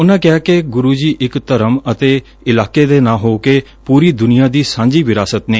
ਉਨਾਂ ਕਿਹਾ ਕਿ ਗਰ ਜੀ ਇਕ ਧਰਮ ਅਤੇ ਇਲਾਕੇ ਦੇ ਨਾ ਹੋ ਕੇ ਪੁਰੀ ਦਨੀਆਂ ਦੀ ਸਾਂਝੀ ਵਿਰਾਸਤ ਨੇ